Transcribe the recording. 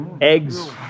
eggs